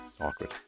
Awkward